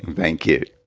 thank you.